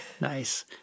Nice